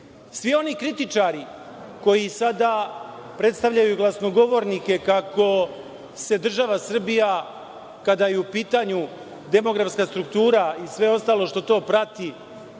oni kritičari koji sada predstavljaju glasnogovornike kako se država Srbija, kada je u pitanju demografska struktura i sve ostalo što to prati,